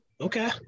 okay